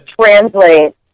translate